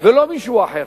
ולא מישהו אחר.